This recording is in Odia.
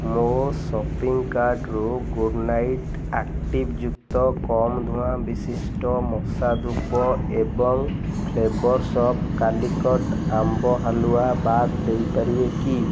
ମୋ ସପିଂ କାର୍ଟ୍ରୁ ଗୁଡ଼୍ ନାଇଟ୍ ଆକ୍ଟିଭ୍ ଯୁକ୍ତ କମ୍ ଧୁଆଁ ବିଶିଷ୍ଟ ମଶା ଧୂପ ଏବଂ ଫ୍ଲେଭର୍ସ୍ ଅଫ୍ କାଲିକଟ୍ ଆମ୍ବ ହାଲୁଆ ବାଦ୍ ଦେଇପାରିବେ କି